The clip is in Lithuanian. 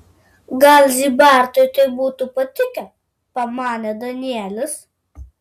gal zybartui tai būtų patikę pamanė danielis